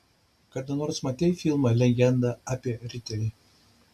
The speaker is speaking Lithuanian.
kada nors matei filmą legenda apie riterį